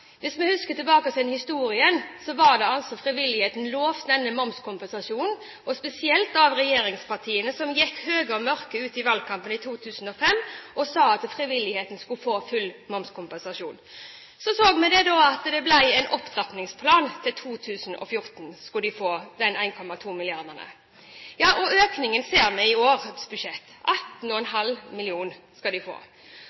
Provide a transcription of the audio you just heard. Hvis vi husker tilbake i historien, var altså frivilligheten lovet denne momskompensasjonen, og spesielt av regjeringspartiene, som høye og mørke gikk ut i valgkampen i 2005 og sa at frivilligheten skulle få full momskompensasjon. Så så vi at det ble en opptrappingsplan, til 2014 skulle de få de 1,2 mrd. kr. Ja, økningen ser vi i årets budsjett, 18,5 mill. kr skal de få. Så sier statsråden at hun har ikke brutt et løfte, og